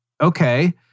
okay